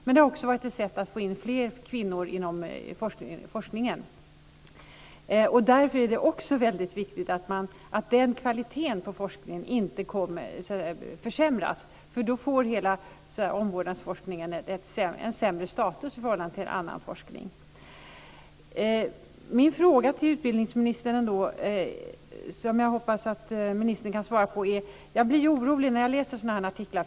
Men det har också varit ett sätt att få in fler kvinnor inom forskningen. Därför är det också väldigt viktigt att kvaliteten på forskningen inte försämras. Då får hela omvårdnadsforskningen en sämre status i förhållande till annan forskning. Min fråga till utbildningsministern, som jag hoppas att ministern kan svara på, har sin grund i att jag blir orolig när jag läser sådana här artiklar.